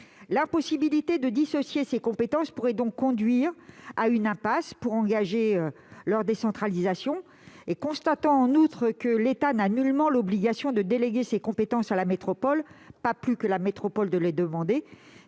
L'impossibilité de dissocier ces compétences pourrait donc conduire à une impasse pour engager leur décentralisation. Nous constatons, en outre, que l'État n'a nullement l'obligation de déléguer ses compétences à la métropole, pas plus que la métropole n'a celle de les demander